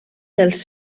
dels